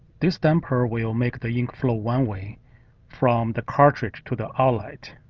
this damper will make the ink flow one way from the cartridge to the outlet.